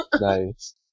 nice